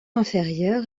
inférieur